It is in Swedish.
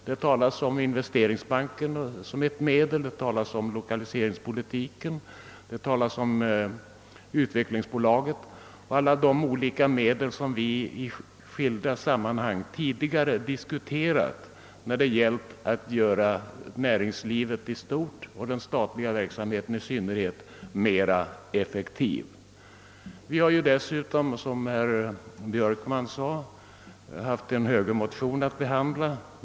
Det talas om investeringsbanken som ett medel, om lokaliseringspolitiken, om utvecklingsbolaget och om alla de övriga medel som vi i skilda sammanhang diskuterat tidigare när det gällt att effektivisera näringslivet i stort och den statliga verksamheten i synnerhet. Vi har dessutom, som hrr Björkman sade, haft en högermotion att behandla.